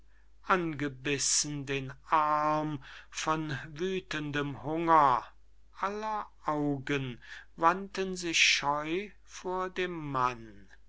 angebissen den arm von wüthendem hunger aller augen wandten sich scheu vor dem mann